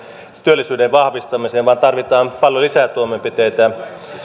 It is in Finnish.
työllisyyden vahvistamiseen vaan tarvitaan paljon lisää toimenpiteitä